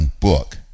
book